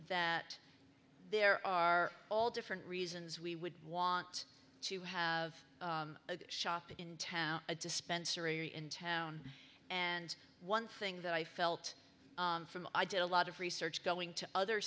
that there are all different reasons we would want to have a shop in town a dispensary in town and one thing that i felt from i did a lot of research going to other